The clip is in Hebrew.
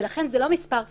ולכן זה לא מספר פיקס.